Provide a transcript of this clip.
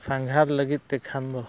ᱥᱟᱸᱜᱷᱟᱨ ᱞᱟᱹᱜᱤᱫᱛᱮ ᱠᱷᱟᱱ ᱫᱚ